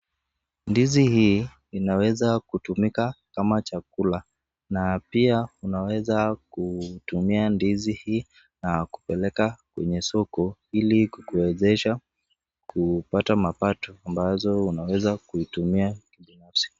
Ndizi hii inaweza kutumika kama chakula na pia unaweza kutumia ndizi hii na kupeleka kwenye soko hili kukuwezesha kupata mapato ambazo unaweza kutumia kibinafsi.